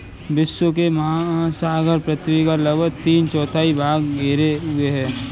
विश्व के महासागर पृथ्वी का लगभग तीन चौथाई भाग घेरे हुए हैं